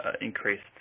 increased